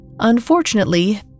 Unfortunately